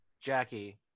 Jackie